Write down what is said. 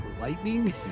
lightning